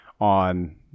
on